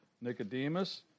Nicodemus